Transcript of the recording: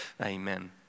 Amen